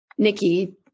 Nikki